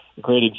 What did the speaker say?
great